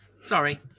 Sorry